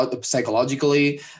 psychologically